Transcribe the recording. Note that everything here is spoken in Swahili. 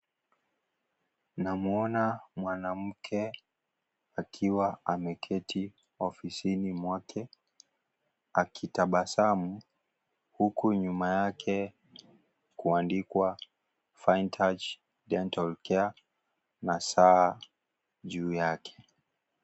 Tunamuona mwanamke akiwa ameketi ofisini mwake akitabasamu huku nyuma yake kuandikwa (cs)Fine touch dental care(cs) na saa juu yake.